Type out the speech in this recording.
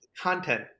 content